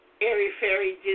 airy-fairy